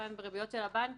בריביות של הבנקים,